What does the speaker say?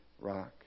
rock